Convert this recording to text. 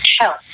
help